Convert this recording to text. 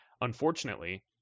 unfortunately